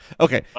Okay